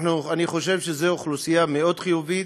אני חושב שזאת אוכלוסייה מאוד חיובית,